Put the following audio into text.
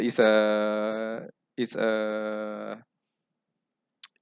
it's a it's a